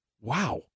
Wow